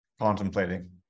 contemplating